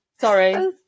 Sorry